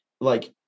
like-